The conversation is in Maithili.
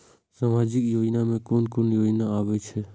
सामाजिक योजना में कोन कोन योजना आबै छै?